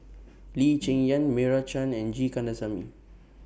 Lee Cheng Yan Meira Chand and G Kandasamy